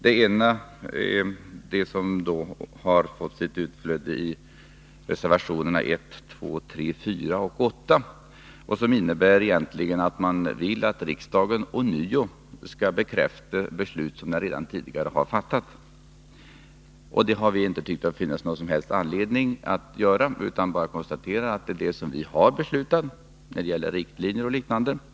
Den första sorten, som fått sitt utflöde i reservationerna 1, 2, 3,4 och 8, innebär egentligen att man vill att riksdagen skall bekräfta beslut som redan tidigare har fattats. Vi har inte funnit någon som helst anledning att göra det, utan konstaterar bara att vi står för det som redan har beslutats i form av riktlinjer och lagstiftning.